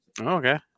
okay